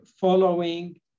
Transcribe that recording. following